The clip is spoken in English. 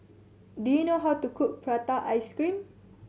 do you know how to cook prata ice cream